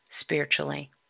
spiritually